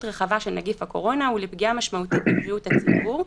רחבה של נגיף הקורונה ולפגיעה משמעותית בבריאות הציבור,